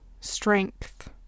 Strength